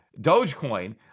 Dogecoin